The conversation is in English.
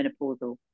menopausal